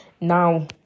now